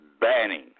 banning